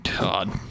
God